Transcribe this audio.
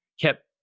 kept